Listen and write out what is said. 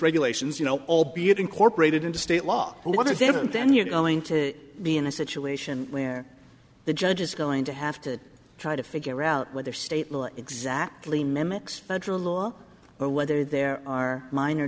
regulations you know albeit incorporated into state law whether different then you're going to be in a situation where the judge is going to have to try to figure out whether state law exactly mimics federal law or whether there are minor